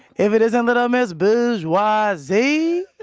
if it isn't little miss bourgeoisie,